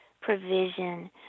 provision